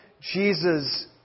Jesus